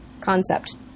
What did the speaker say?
concept